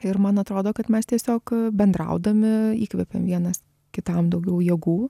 ir man atrodo kad mes tiesiog bendraudami įkvepiam vienas kitam daugiau jėgų